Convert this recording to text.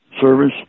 service